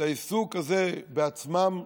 את העיסוק הזה בעצמם,